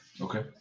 Okay